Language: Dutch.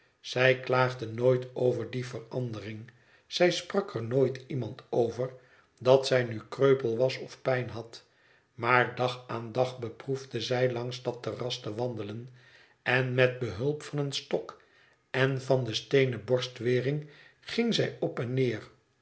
zij klaagde nooit over die verandering zij sprak er nooit iemand over dat zij nu kreupel was of pijn had maar dag aan dag beproefde zij langs dat terras te wandelen en met behulp van een stok en van de steenen borstwering ging zij op en neer